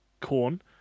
corn